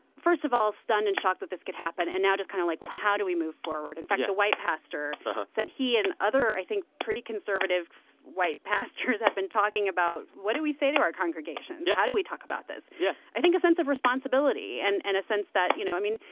first of all, stunned and shocked that this could happen, and now just kind of like, well, how do we move forward? yeah in fact, the white pastor said he and other, i think, pretty conservative white pastors had been talking about, what do we say to our congregation? yeah how do we talk about this? yeah i think a sense of responsibility and and a sense that you know, i mean,